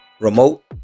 remote